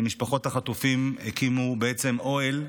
שם משפחות החטופים הקימו אוהל,